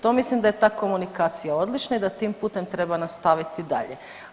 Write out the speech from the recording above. To mislim da je ta komunikacija odlična i da tim putem treba nastaviti dalje.